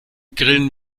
grillen